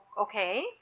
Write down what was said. okay